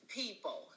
people